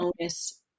onus